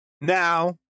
now